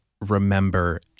remember